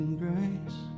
grace